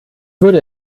würde